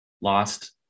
lost